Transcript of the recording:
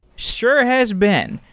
sure has been.